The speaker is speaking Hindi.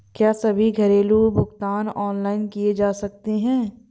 क्या सभी घरेलू भुगतान ऑनलाइन किए जा सकते हैं?